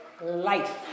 life